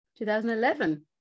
2011